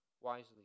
wisely